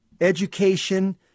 education